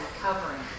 covering